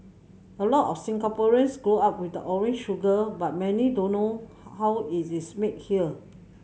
a lot of Singaporeans grow up with the orange sugar but many don't know how is this made here